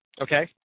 Okay